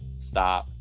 stop